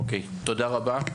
אוקיי, תודה רבה.